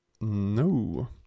No